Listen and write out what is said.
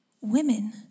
Women